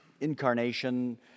incarnation